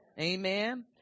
Amen